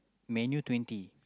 Man-U twenty